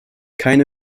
keine